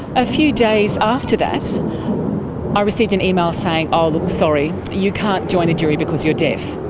a few days after that i received an email saying, oh look sorry, you can't join a jury because you're deaf.